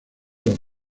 los